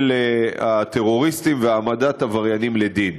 פעולות הטרוריסטים והעמדת עבריינים לדין.